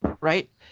right